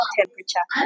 temperature